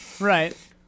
Right